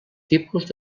tipus